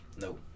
No